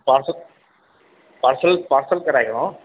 parcel parcel parcel कराए ॾियणो आहे